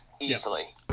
easily